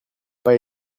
pas